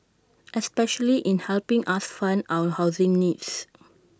especially in helping us fund our housing needs